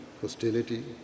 hostility